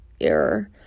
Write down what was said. error